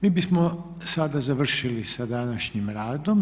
Mi bismo sada završili sa današnjim radom.